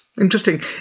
Interesting